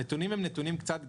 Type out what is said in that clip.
הנתונים הם נתונים קצת גסים,